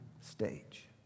stage